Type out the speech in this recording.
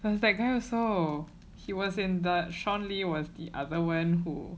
there was that guy also he was in the shawn lee was the other one who